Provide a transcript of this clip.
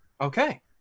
Okay